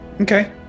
Okay